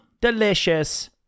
delicious